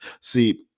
See